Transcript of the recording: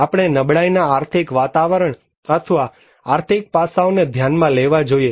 આપણે નબળાઈના આર્થિક વાતાવરણ અથવા આર્થિક પાસાઓને ધ્યાનમાં લેવા જોઈએ